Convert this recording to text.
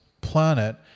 planet